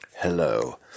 Hello